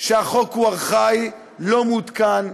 שהחוק הוא ארכאי, לא מעודכן,